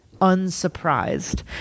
unsurprised